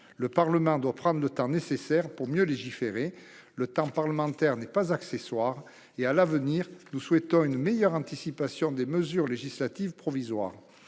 Le Parlement doit prendre le temps nécessaire pour mieux légiférer. Le temps parlementaire n'est pas accessoire et, à l'avenir, nous souhaitons une meilleure anticipation des mesures législatives provisoires.